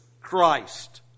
Christ